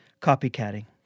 copycatting